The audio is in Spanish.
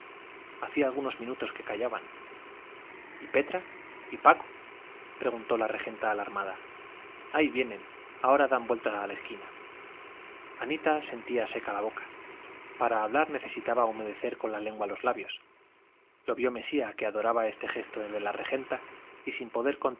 hacía algunos minutos que callaban y petra y paco preguntó la regenta alarmada ahí vienen ahora dan vuelta a la esquina anita sentía seca la boca para hablar necesitaba humedecer con la lengua los labios lo vio mesía que adoraba este gesto de la regenta y sin poder